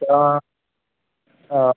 आ आ